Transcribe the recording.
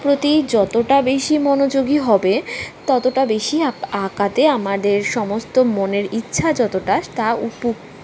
প্রতি যতোটা বেশি মনোযোগী হবে ততটা বেশিই আপ আঁকাতে আমাদের সমস্ত মনের ইচ্ছা যতোটা তা উপুপ